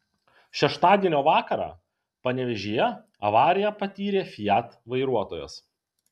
šeštadienio vakarą panevėžyje avariją patyrė fiat vairuotojas